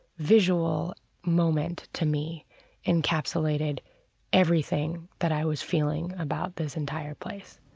visual moment to me encapsulated everything that i was feeling about this entire place.